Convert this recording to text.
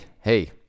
hey